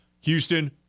Houston